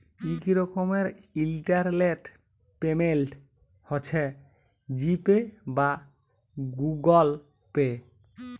ইক রকমের internet payment হছে জি পে বা গুগল পে